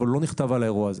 אבל הוא לא נכתב על האירוע הזה.